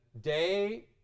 day